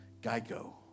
Geico